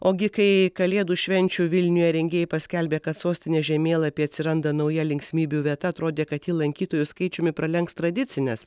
ogi kai kalėdų švenčių vilniuje rengėjai paskelbė kad sostinės žemėlapyje atsiranda nauja linksmybių vieta atrodė kad ji lankytojų skaičiumi pralenks tradicines